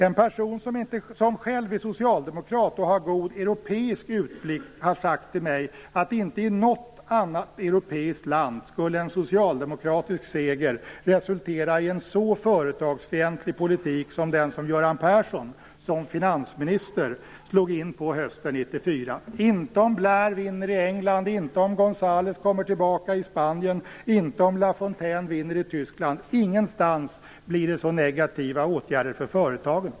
En person som själv är socialdemokrat och har god europeisk utblick har sagt till mig att en socialdemokratisk seger inte i något annat europeiskt land skulle resultera i en så företagsfientlig politik som den som Göran Persson, som finansminister, slog in på hösten 1994. Så blir det inte om Blair vinner i England, inte om Gonzalez kommer tillbaka i Spanien och inte om Lafontaine vinner i Tyskland. Ingenstans blir det så negativa åtgärder för företagen.